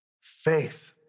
Faith